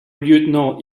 lieutenant